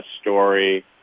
story